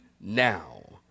now